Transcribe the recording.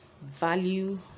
value